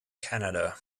canada